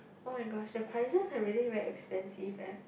oh-my-gosh the prices are really very expensive leh